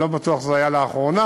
אני לא בטוח שזה היה לאחרונה,